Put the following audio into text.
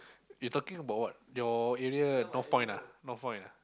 you talking about what your area North Point lah North Point lah